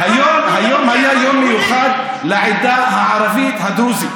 היום היה יום מיוחד לעדה הערבית הדרוזית,